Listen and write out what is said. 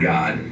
God